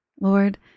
Lord